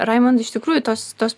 raimundai iš tikrųjų tos tos